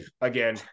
again